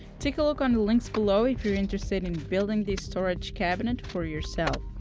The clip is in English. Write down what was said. take a look on links bellow if you're interested in building this storage cabinet for yourself.